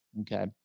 okay